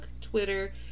twitter